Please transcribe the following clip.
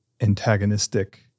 antagonistic